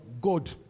God